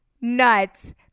nuts